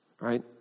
Right